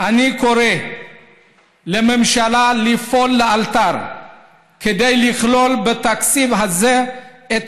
אני קורא לממשלה לפעול לאלתר כדי לכלול בתקציב הזה את